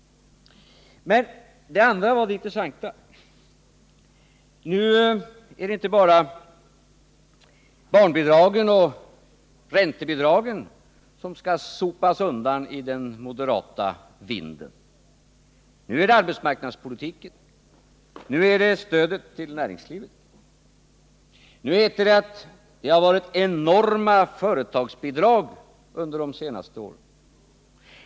Men det andra var det intressanta. Nu är det inte bara barnbidragen och räntebidragen som skall sopas undan i den moderata vinden — nu är det arbetsmarknadspolitiken, nu är det stödet till näringslivet. Nu heter det att det varit enorma företagsbidrag under de senaste åren.